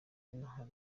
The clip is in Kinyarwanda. inaha